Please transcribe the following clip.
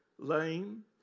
Lame